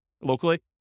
locally